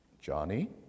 Johnny